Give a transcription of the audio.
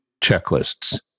checklists